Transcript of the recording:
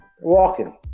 Walking